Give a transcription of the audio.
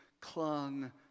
clung